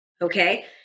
okay